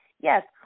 Yes